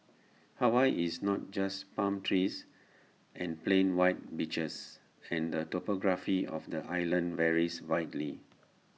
Hawaii is not just palm trees and plain white beaches and the topography of the islands varies widely